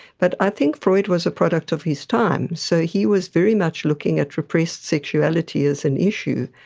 but i think freud was a product of his time, so he was very much looking at repressed sexuality as an issue,